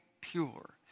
pure